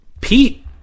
Pete